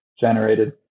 generated